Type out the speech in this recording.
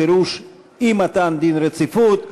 פירוש אי-מתן דין רציפות.